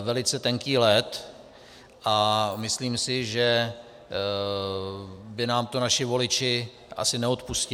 velice tenký led, a myslím si, že by nám to naši voliči asi neodpustili.